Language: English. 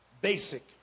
Basic